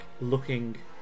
looking